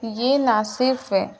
یہ نا صرف ہے